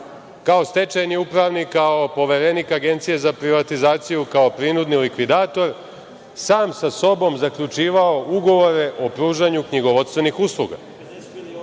kao stečajni upravnik, kao poverenik Agencije za privatizaciju, kao prinudni likvidator sam sa sobom zaključivao ugovore o pružanju knjigovodstvenih usluga. Dakle,